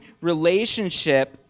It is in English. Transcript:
relationship